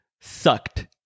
sucked